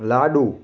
લાડુ